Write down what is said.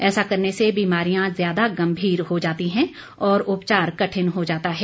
ऐसा करने से बीमारियां ज्यादा गंभीर हो जाती हैं और उपचार कठिन हो जाता है